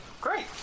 great